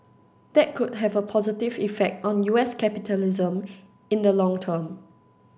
that could have a positive effect on U S capitalism in the long term